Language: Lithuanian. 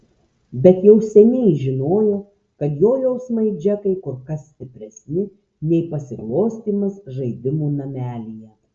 bet jau seniai žinojo kad jo jausmai džekai kur kas stipresni nei pasiglostymas žaidimų namelyje